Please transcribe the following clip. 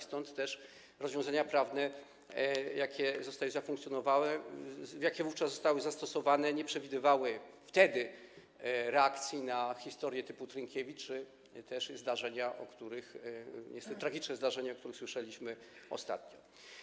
Stąd też rozwiązania prawne, jakie zafunkcjonowały, jakie wówczas zostały zastosowane, nie przewidywały wtedy reakcji na historię typu Trynkiewicz, chodzi też o zdarzenia, niestety tragiczne zdarzenia, o których słyszeliśmy ostatnio.